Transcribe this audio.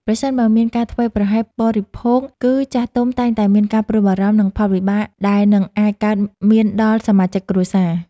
ប្រសិនបើមានការធ្វេសប្រហែសបរិភោគ គឺ ចាស់ទុំតែងតែមានការព្រួយបារម្ភ និងផលវិបាកដែលនឹងអាចកើតមានដល់សមាជិកគ្រួសារ។